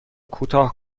کوتاه